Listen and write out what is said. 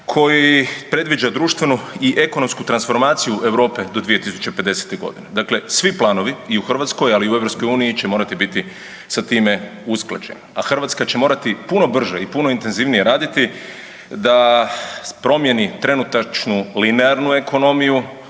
koji predviđa društvenu i ekonomsku transformaciju Europe do 2050. godine. Dakle, svi planovi i u Hrvatskoj ali i u EU će morati biti sa time usklađeni, a Hrvatska će morati puno brže i puno intenzivnije raditi da promijeni trenutačnu linearnu ekonomiju